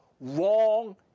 wrong